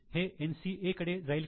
हे NCA कडे जाईल का